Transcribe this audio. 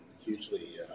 hugely